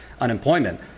unemployment